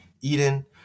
Eden